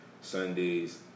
Sundays